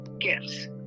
gifts